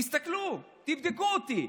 תסתכלו, תבדקו אותי.